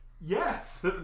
Yes